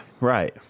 right